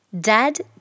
Dad